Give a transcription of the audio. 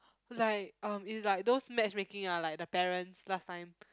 like um is like those matchmaking ah like the parents last time